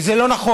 וזה לא נכון.